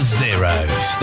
zeros